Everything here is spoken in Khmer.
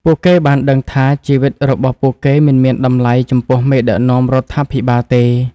ពួកគេបានដឹងថាជីវិតរបស់ពួកគេមិនមានតម្លៃចំពោះមេដឹកនាំរដ្ឋាភិបាលទេ។